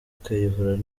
kayihura